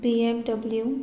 BMW